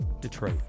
Detroit